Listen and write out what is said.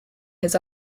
his